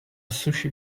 sushi